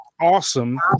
awesome